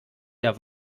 der